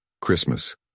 Christmas